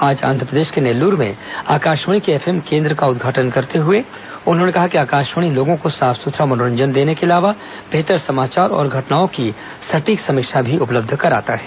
आज आंध्रप्रदेश के नेल्लूर में आकाशवाणी के एफएम केन्द्र का उदघाटन करते हए उन्होंने कहा कि आकाशवाणी लोगों को साफ सुथरा मनोरंजन देने के अलावा बेहतर समाचार और घटनाओं की सटीक समीक्षा भी उपलब्ध कराता है